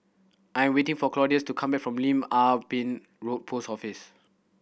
I'm waiting for Claudius to come back from Lim Ah Pin Road Post Office